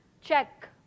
check